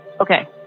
Okay